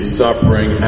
suffering